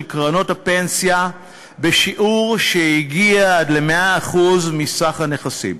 קרנות הפנסיה בשיעור שהגיע עד ל-100% של סך הנכסים.